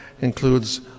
includes